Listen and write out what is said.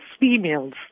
females